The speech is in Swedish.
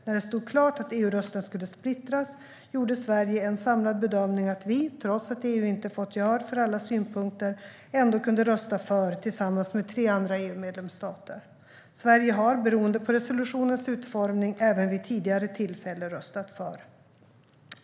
När det stod klart att EU-rösten skulle splittras gjorde Sverige en samlad bedömning att vi, trots att EU inte fått gehör för alla synpunkter, ändå kunde rösta för tillsammans med tre andra EU-medlemsstater. Sverige har, beroende på resolutionens utformning, även vid tidigare tillfälle röstat för.